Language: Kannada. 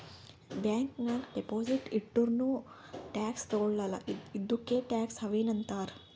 ಬ್ಯಾಂಕ್ ನಾಗ್ ಡೆಪೊಸಿಟ್ ಇಟ್ಟುರ್ನೂ ಟ್ಯಾಕ್ಸ್ ತಗೊಳಲ್ಲ ಇದ್ದುಕೆ ಟ್ಯಾಕ್ಸ್ ಹವೆನ್ ಅಂತಾರ್